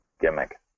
gimmick